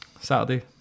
Saturday